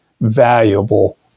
valuable